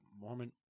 mormon